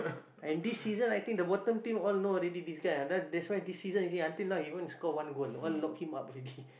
and this season I think the bottom team all know already this guy ah that's why one this season you see until now he haven't even score one goal all lock him up already